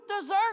dessert